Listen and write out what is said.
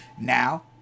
Now